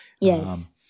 Yes